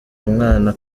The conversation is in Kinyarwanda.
mwana